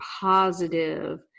positive